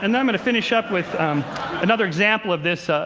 and i'm going to finish up with another example of this, ah